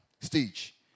stage